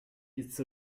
its